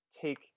take